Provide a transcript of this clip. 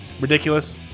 Ridiculous